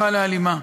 הפכה לאלימה.